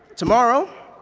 tomorrow,